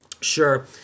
Sure